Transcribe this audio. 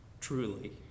Truly